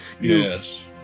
Yes